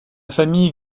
famille